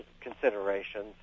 considerations